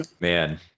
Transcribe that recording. man